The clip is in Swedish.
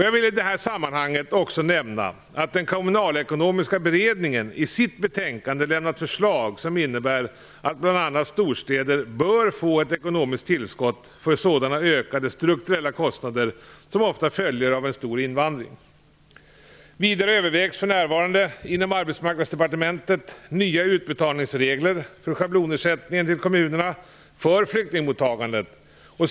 Jag vill i detta sammanhang också nämna att den kommunalekonomiska beredningen i sitt betänkande lämnat förslag som innebär att bl.a. storstäder bör få ett ekonomiskt tillskott för sådana ökade strukturella kostnader som ofta följer av en stor invandring. Vidare övervägs för närvarande inom Arbetsmarknadsdepartementet nya utbetalningsregler för schablonersättningen till kommunerna för flyktingmottagandet.